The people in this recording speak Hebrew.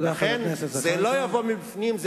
זה לא יבוא מבפנים,